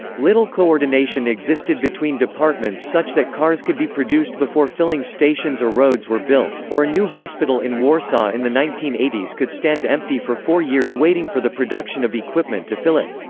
little coordination existed between departments such that cars could be produced before filling stations or roads were built, or a new hospital in warsaw in the nineteen eighty s could stand empty for four years waiting for the production of equipment to fill it.